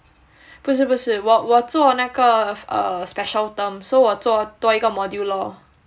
不是不是我我做那个 err special term so 我做多一个 module lor